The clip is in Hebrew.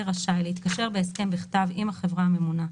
רשאי להתקשר בהסכם בכתב עם החברה הממונה,